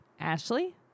Ashley